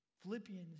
Philippians